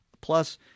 plus